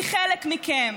היא חלק מכם,